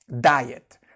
diet